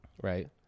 right